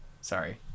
Sorry